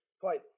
Twice